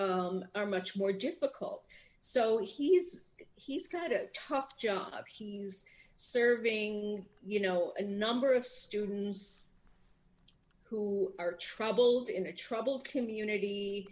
things are much more difficult so he's he's got a tough job he's serving you know a number of students who are troubled in a troubled community